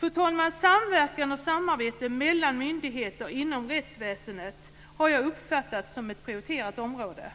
Fru talman! Jag har uppfattat samverkan och samarbete mellan myndigheter inom rättsväsendet som ett prioriterat område.